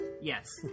Yes